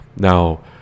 Now